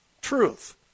truth